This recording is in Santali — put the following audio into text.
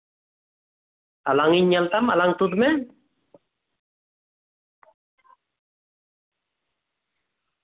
ᱟᱞᱟᱝᱤᱧ ᱧᱮᱞ ᱛᱟᱢ ᱟᱞᱟᱝ ᱛᱩᱫ ᱢᱮ